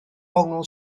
ongl